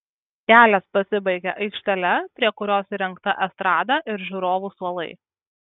kelias pasibaigia aikštele prie kurios įrengta estrada ir žiūrovų suolai